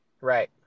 Right